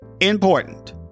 Important